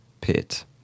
pit